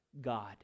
God